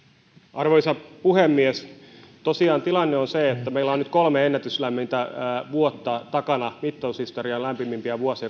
arvoisa puhemies tosiaan tilanne on se että meillä on nyt kolme ennätyslämmintä vuotta takana kaksituhattaneljätoista viiva kaksituhattakuusitoista ovat mittaushistorian lämpimimpiä vuosia